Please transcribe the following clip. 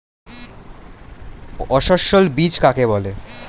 অসস্যল বীজ কাকে বলে?